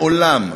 מעולם,